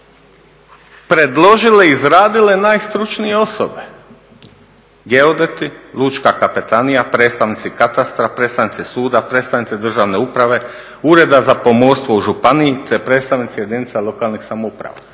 predložile, izradile najstručnije osobe, geodeti, lučka kapetanija, predstavnici katastra, predstavnici suda, predstavnici državne uprave, ureda za pomorstvo u županiji te predstavnici jedinica lokalnih samouprava.